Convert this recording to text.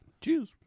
Cheers